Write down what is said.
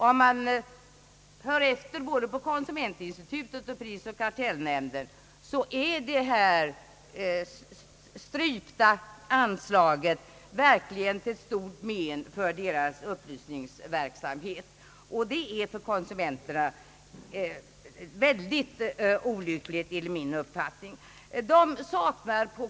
Om man hör efter hos konsumentinstitutets och prisoch kartellnämnden får man höra att strypningen av anslaget verkligen är till stort men för deras upplysningsverksamhet, och det är enligt min uppfattning mycket olyckligt för konsumenterna.